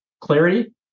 clarity